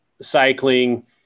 cycling